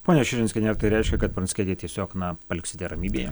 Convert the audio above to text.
ponia širinskiene ar tai reiškia kad pranskietį tiesiog na paliksite ramybėje